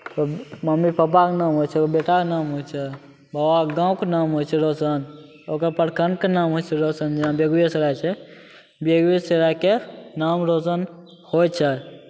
mummy पप्पाके नाम होइ छै ओकर बेटाके नाम होइ छै गामके नाम होइ छै रोशन ओकर प्रखण्डके नाम होइ छै रोशन जेना बेगुएसराय छै बेगुएसरायके नाम रोशन होइ छै